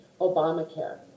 Obamacare